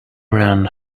ran